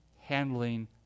handling